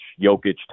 Jokic